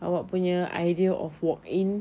awak punya idea of walk-in